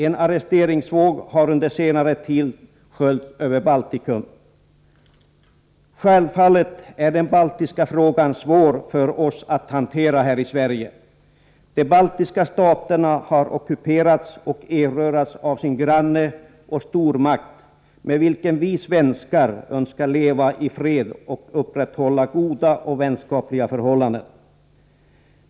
En arresteringsvåg har under senare tid sköljt över Baltikum. Självfallet är den baltiska frågan svår att hantera för oss här i Sverige. De baltiska staterna har ockuperats och erövrats av sin granne och stormakt, med vilken vi svenskar önskar leva i fred och upprätthålla goda och vänskapliga förhållanden.